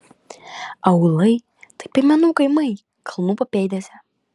aūlai tai piemenų kaimai kalnų papėdėse